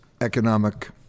economic